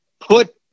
put